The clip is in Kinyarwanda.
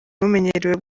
bumenyerewe